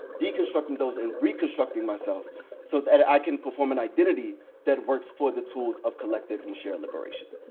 deconstructing those, and reconstructing myself so that i can perform an identity that works for the tools of collective and shared liberation.